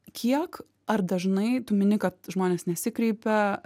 kiek ar dažnai tu mini kad žmonės nesikreipia